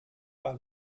war